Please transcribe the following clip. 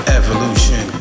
evolution